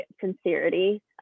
sincerity